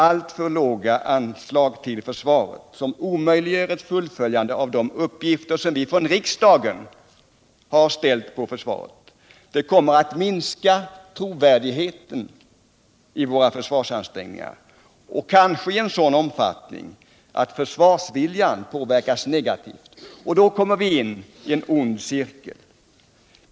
Alltför låga anslag till försvaret, som omöjliggör ett fullföljande av de uppgifter som vi från riksdagen har lagt på försvaret, kommer att minska trovärdigheten i våra försvarsansträngningar, kanske i en sådan omfattning att försvarsviljan påverkas negativt. Då kommer vi in i en ond cirkel.